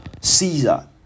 caesar